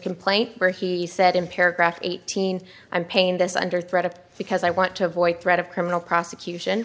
complaint where he said in paragraph eighteen i'm paying this under threat of because i want to avoid threat of criminal prosecution